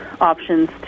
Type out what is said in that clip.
options